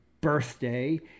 birthday